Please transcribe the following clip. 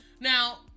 Now